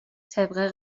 طبق